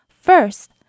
First